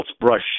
brush